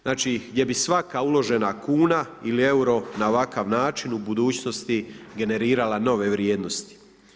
Znači, gdje bi svaka uložena kuna ili euro na ovakav način u budućnosti generirala nove vrijednosti.